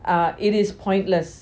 uh it is pointless